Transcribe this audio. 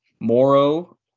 Moro